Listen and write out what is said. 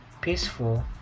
peaceful